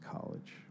college